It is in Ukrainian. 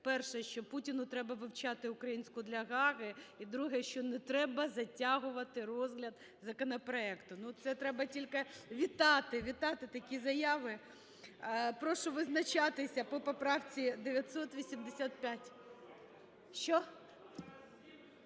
перша – що Путіну треба вивчати українську для Гааги, і друга – що не треба затягувати розгляд законопроекту. Це треба тільки вітати, вітати такі заяви. Прошу визначатися по поправці 985.